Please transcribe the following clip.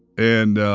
and